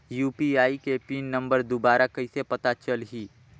UPI के pin number दुबारा कइसे पता चलही?